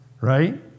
right